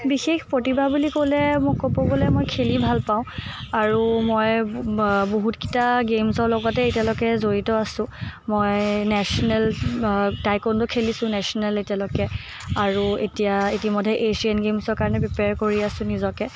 বিশেষ প্ৰতিভা বুলি ক'লে মই খেলি ভাল পাওঁ আৰু মই বহুতকিটা গেমছৰ লগতে এতিয়ালৈকে জড়িত আছোঁ মই নেচনেল টাইকাণ্ডো খেলিছোঁ নেচনেল এতিয়ালৈকে আৰু এতিয়া ইতিমধ্য এছিয়ান গেমছৰ কাৰণে প্ৰিপিয়াৰ কৰি আছোঁ নিজকে